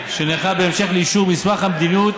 שנערכה בהמשך לאישור מסמך המדיניות,